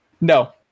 No